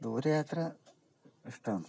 ദൂരെയാത്ര ഇഷ്ടമാണ്